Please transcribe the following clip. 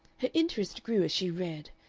her interest grew as she read,